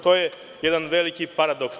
To je jedan veliki paradoks.